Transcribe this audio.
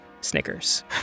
Snickers